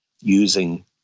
using